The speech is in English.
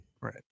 Right